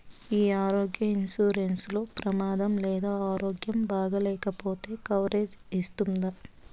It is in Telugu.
ఈ ఆరోగ్య ఇన్సూరెన్సు లో ప్రమాదం లేదా ఆరోగ్యం బాగాలేకపొతే కవరేజ్ ఇస్తుందా?